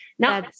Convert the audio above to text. Now